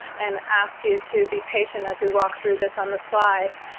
and ask you to be patient as we walk through this on the slide.